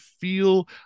feel